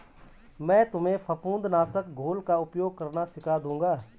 मैं तुम्हें फफूंद नाशक घोल का उपयोग करना सिखा दूंगा